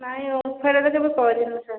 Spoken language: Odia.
ନାଇ ଓମଫେଡ ରେ କେବେ କରିନୁ